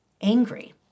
angry